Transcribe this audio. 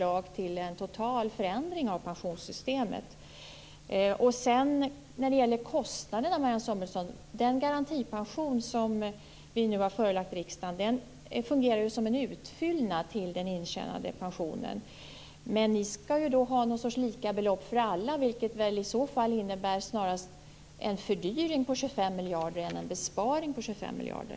Vad händer med människors intjänade pensionsrätter med När det gäller kostnaderna, Marianne Samuelsson, fungerar den garantipension som vi nu har förelagt riksdagen som en utfyllnad till den intjänade pensionen. Men ni skall ha någon sorts lika belopp för alla, vilket i så fall snarast innebär en fördyring på 25 miljarder än en besparing på 25 miljarder.